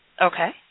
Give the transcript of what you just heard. Okay